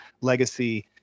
legacy